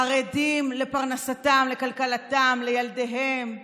חרדים לפרנסתם, לכלכלתם, לילדיהם,